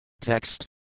Text